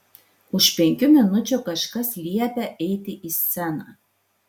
už penkių minučių kažkas liepia eiti į sceną